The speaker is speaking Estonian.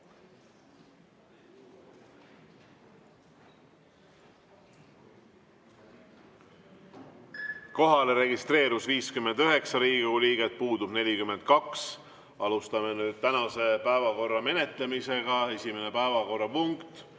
Kohalolijaks registreerus 59 Riigikogu liiget, puudub 42. Alustame nüüd tänase päevakorrapunkti menetlemist. Esimene päevakorrapunkt.